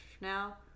now